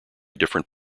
different